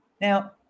Now